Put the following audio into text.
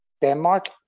Denmark